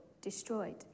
destroyed